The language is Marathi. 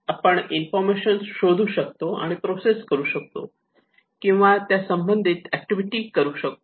आपण इन्फॉर्मेशन शोधू शकतो आणि प्रोसेस करू शकतो किंवा त्या संबंधित एक्टिविटी करू शकतो